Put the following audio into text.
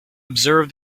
observe